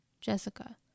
Jessica